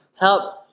Help